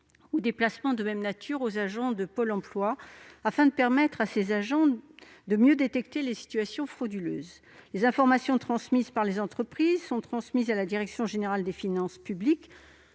ou des placements de même nature aux agents de Pôle emploi, afin de leur permettre de mieux détecter les situations frauduleuses. Les informations transmises par les entreprises le sont à la direction générale des finances publiques